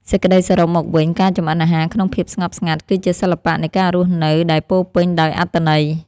សេចក្តីសរុបមកវិញការចម្អិនអាហារក្នុងភាពស្ងប់ស្ងាត់គឺជាសិល្បៈនៃការរស់នៅដែលពោរពេញដោយអត្ថន័យ។